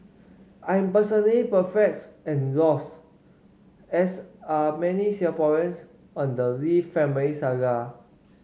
I am personally perplexed and lost as are many Singaporeans on the Lee family saga